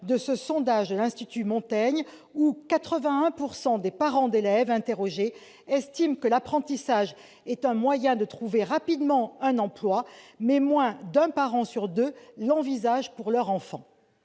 un sondage de l'Institut Montaigne, 81 % des parents d'élèves interrogés estiment que l'apprentissage est un moyen de trouver rapidement un emploi, mais moins d'un parent sur deux l'envisage pour son enfant